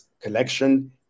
collection